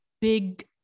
big